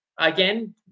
again